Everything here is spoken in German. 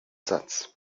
satz